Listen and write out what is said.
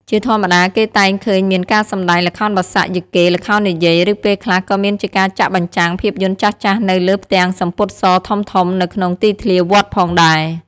ជាធម្មតាគេតែងឃើញមានការសម្តែង ល្ខោនបាសាក់ យីកេ ល្ខោននិយាយ ឬពេលខ្លះក៏មានជាការចាក់បញ្ចាំង ភាពយន្តចាស់ៗនៅលើផ្ទាំងសំពត់សធំៗនៅក្នុងទីធ្លាវត្តផងដែរ។